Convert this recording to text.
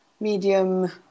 medium